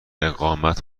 اقامت